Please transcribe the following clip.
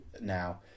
now